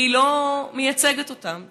כי היא לא מייצגת אותם,